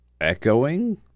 echoing